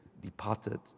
departed